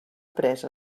pres